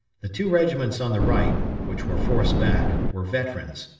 the two regiments on the right, which were forced back, were veterans,